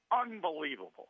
unbelievable